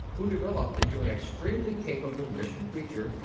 who developed into an extremely capable mission-preacher,